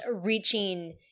reaching